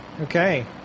Okay